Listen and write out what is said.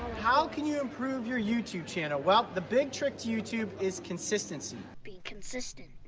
how can your improve your youtube channel? well, the big trick to youtube is consistency. being consistent.